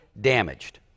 damaged